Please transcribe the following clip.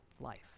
life